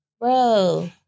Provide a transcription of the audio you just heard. Bro